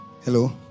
Hello